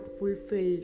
fulfilled